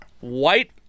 white